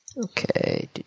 Okay